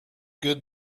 good